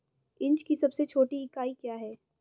Inch की सबसे छोटी इकाई क्या है?